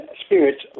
spirits